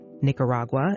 Nicaragua